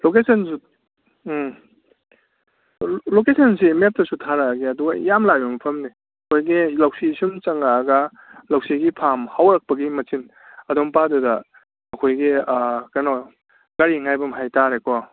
ꯂꯣꯀꯦꯁꯟꯁꯨ ꯎꯝ ꯂꯣꯀꯦꯁꯟꯁꯤ ꯃꯦꯞꯇꯁꯨ ꯊꯥꯔꯛꯑꯒꯦ ꯑꯗꯨꯒ ꯌꯥꯝ ꯂꯥꯏꯕ ꯃꯐꯝꯅꯤ ꯑꯩꯈꯣꯏꯒꯤ ꯂꯧꯁꯤ ꯁꯨꯝ ꯆꯪꯂꯛꯑꯒ ꯂꯧꯁꯤꯒꯤ ꯐꯥꯝ ꯍꯧꯔꯛꯄꯒꯤ ꯃꯆꯤꯟ ꯑꯗꯨ ꯃꯄꯥꯗꯨꯗ ꯑꯩꯈꯣꯏꯒꯤ ꯀꯩꯅꯣ ꯒꯥꯔꯤ ꯉꯥꯏꯐꯝ ꯍꯥꯏꯇꯥꯔꯦꯀꯣ